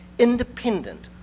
Independent